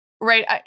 Right